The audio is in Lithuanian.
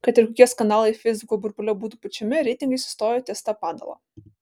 kad ir kokie skandalai feisbuko burbule būtų pučiami reitingai sustojo ties ta padala